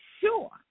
sure